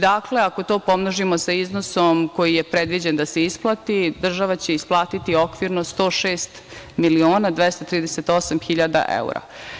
Dakle, ako to pomnožimo sa iznosom koji je predviđen da se isplati država će isplatiti okvirno 106 miliona 238 hiljade evra.